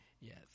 yes